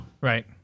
Right